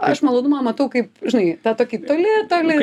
aš malonumą matau kaip žinai tą tokį toli toli